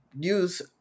use